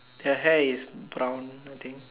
the hair is brown I think